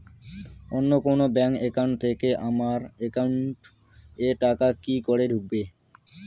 অন্য কোনো bank account থেকে আমার একাউন্ট এ টাকা কি করে ঢুকবে?